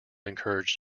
encouraged